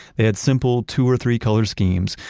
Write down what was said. they had simple two or three color schemes,